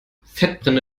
fettbrände